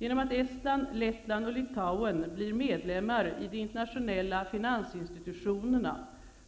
Genom att Estland, Lettland och Litauen blir medlemmar i de internationella finansinstitutionerna